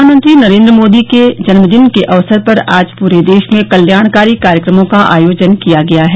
प्रधानमंत्री नरेन्द्र मोदी के जन्मदिन के अवसर पर आज पूरे देश में कल्याणकारी कार्यक्रमों का आयोजन किया गया है